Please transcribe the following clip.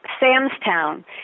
Samstown